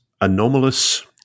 anomalous